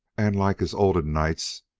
and, like his olden nights,